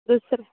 दुसरं